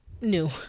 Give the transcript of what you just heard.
new